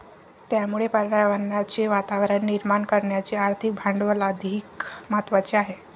त्यामुळे पर्यावरणाचे वातावरण निर्माण करण्याचे आर्थिक भांडवल अधिक महत्त्वाचे आहे